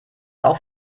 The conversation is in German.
auf